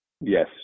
yes